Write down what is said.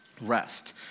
rest